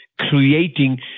creating